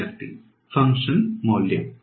ವಿದ್ಯಾರ್ಥಿ ಫಂಕ್ಷನ್ ಮೌಲ್ಯ